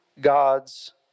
God's